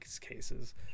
cases